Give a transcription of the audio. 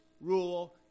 rule